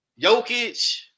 Jokic